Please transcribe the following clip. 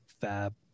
fab